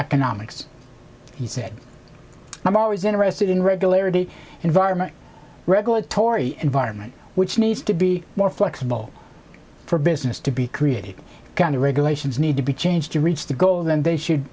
economics he said i'm always interested in regularity environment regulatory environment which needs to be more flexible for business to be created can the regulations need to be changed to reach the goal then they should